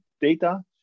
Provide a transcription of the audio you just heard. data